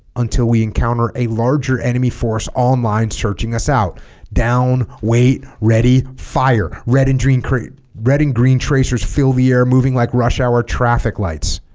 until we encounter a larger enemy force online searching us out down wait ready fire red and dream cree red and green tracers fill the air moving like rush hour traffic lights